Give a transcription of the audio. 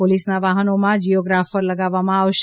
પોલીસના વાહનોમાં જિયોગ્રાફર લગાવવામાં આવશે